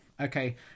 Okay